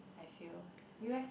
I feel you eh